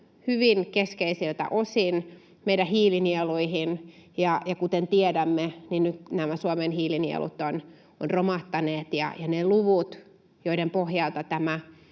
hyvin keskeisiltä osin meidän hiilinieluihin. Kuten tiedämme, nyt nämä Suomen hiilinielut ovat romahtaneet ja ne luvut, joiden pohjalta tämä